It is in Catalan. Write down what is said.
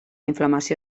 inflamació